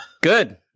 Good